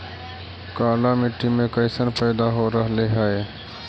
काला मिट्टी मे कैसन पैदा हो रहले है?